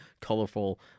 colorful